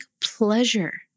pleasure